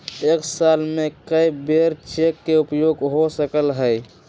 एक साल में कै बेर चेक के उपयोग हो सकल हय